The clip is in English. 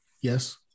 Yes